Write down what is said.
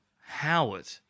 Howard